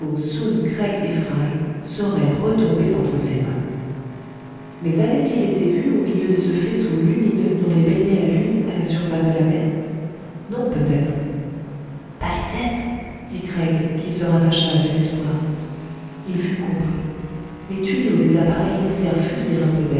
fry seraient retombés entre ses mains mais avaient-ils été vus au milieu de ce faisceau lumineux dont les baignait la lune à la surface de la mer non peut être bas les têtes dit craig qui se rattacha à cet espoir il fut compris les tuyaux des appareils laissèrent fuser